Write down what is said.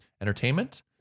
Entertainment